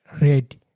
red